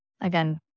again